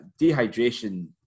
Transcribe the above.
dehydration